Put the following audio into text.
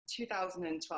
2012